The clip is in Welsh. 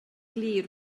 glir